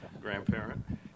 grandparent